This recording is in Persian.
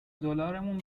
دلارمون